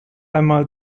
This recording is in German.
einmal